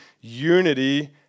unity